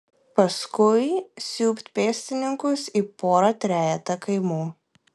paskui siūbt pėstininkus į porą trejetą kaimų